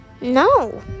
No